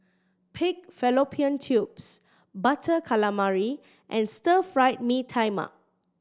pig fallopian tubes Butter Calamari and Stir Fried Mee Tai Mak